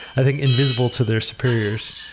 i think, invisible to their superiors.